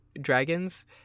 dragons